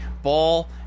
ball